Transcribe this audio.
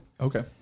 Okay